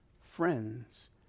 friends